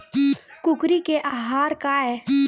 कुकरी के आहार काय?